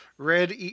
Red